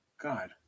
god